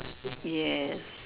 yes